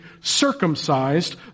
circumcised